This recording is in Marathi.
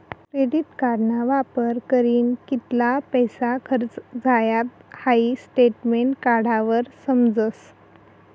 क्रेडिट कार्डना वापर करीन कित्ला पैसा खर्च झायात हाई स्टेटमेंट काढावर समजस